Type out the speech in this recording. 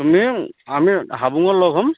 তুমি আমি হাবুঙত লগ হ'ম